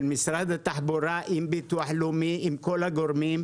של משרד התחבורה עם הביטוח הלאומי עם כל הגורמים,